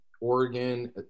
oregon